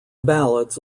ballads